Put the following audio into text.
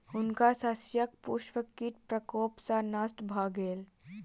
हुनकर शस्यक पुष्प कीट प्रकोप सॅ नष्ट भ गेल